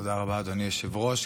תודה רבה, אדוני היושב-ראש.